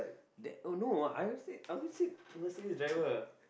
that oh no I won't sit I won't sit Mercedes driver